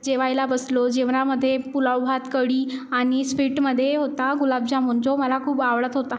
जेवायला बसलो जेवणामध्ये पुलाव भात कढी आणि स्वीटमध्ये होता गुलाबजामुन जो मला खूप आवडत होता